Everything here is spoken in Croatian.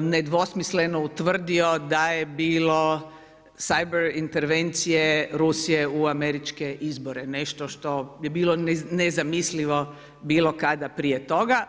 nedvosmisleno utvrdio da je bilo cyber intervencije Rusije u američke izbore, nešto što je bilo nezamislivo bilo kada prije toga.